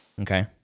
okay